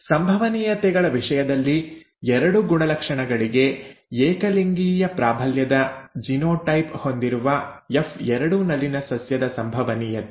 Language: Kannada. ಸಂಭವನೀಯತೆಗಳ ವಿಷಯದಲ್ಲಿ ಎರಡೂ ಗುಣಲಕ್ಷಣಗಳಿಗೆ ಏಕಲಿಂಗೀಯ ಪ್ರಾಬಲ್ಯದ ಜಿನೋಟೈಪ್ ಹೊಂದಿರುವ ಎಫ್2 ನಲ್ಲಿನ ಸಸ್ಯದ ಸಂಭವನೀಯತೆ